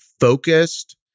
focused